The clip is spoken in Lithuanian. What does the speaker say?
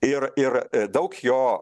ir ir daug jo